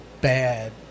bad